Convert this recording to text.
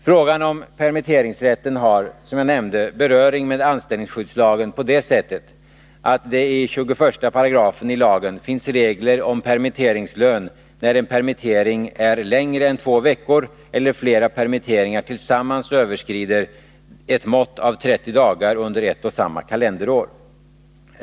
Frågan om permitteringsrätten har, som jag nämnde, beröring med anställningsskyddslagen på det sättet att det i 21 § i lagen finns regler om permitteringslön när en permittering är längre än två veckor eller flera permitteringar tillsammans överskrider ett mått av 30 dagar under ett och samma kalenderår.